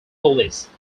police